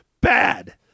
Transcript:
bad